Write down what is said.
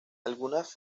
algunas